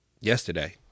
yesterday